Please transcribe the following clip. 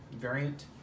variant